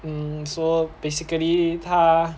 hmm so basically 他